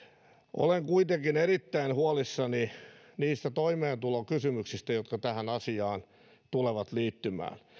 olen kuitenkin erittäin huolissani niistä toimeentulokysymyksistä jotka tähän asiaan tulevat liittymään